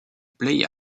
play